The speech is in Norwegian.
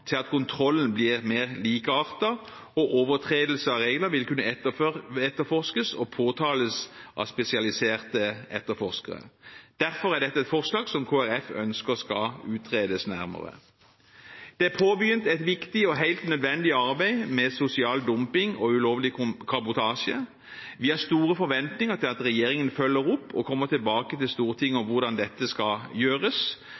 til at kontrollen blir mer likeartet, og at overtredelser av regler vil kunne etterforskes og påtales av spesialiserte etterforskere. Derfor er dette et forslag som Kristelig Folkeparti ønsker skal utredes nærmere. Det er påbegynt et viktig og helt nødvendig arbeid med sosial dumping og ulovlig kabotasje. Vi har store forventinger til at regjeringen følger opp og kommer tilbake til Stortinget